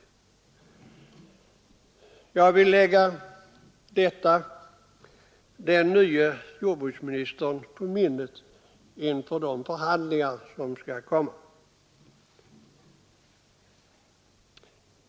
Detta vill jag lägga den nye jordbruksministern på minnet inför kommande förhandlingar.